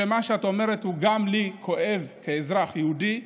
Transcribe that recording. שמה שאת אומרת כואב גם לי כאזרח יהודי.